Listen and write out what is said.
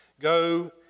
Go